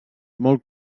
molt